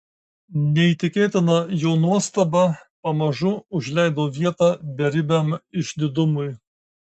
neįtikėtina jo nuostaba pamažu užleido vietą beribiam išdidumui